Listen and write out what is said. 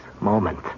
moment